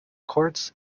courts